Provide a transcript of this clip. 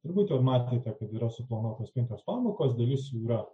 turbūt jau matėte kaip yra suplanuotos penkios pamokos dalis yra